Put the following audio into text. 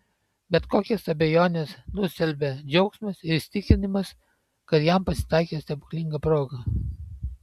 bet kokias abejones nustelbia džiaugsmas ir įsitikinimas kad jam pasitaikė stebuklinga proga